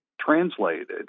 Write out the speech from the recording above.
translated